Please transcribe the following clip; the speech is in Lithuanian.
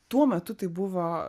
tuo metu tai buvo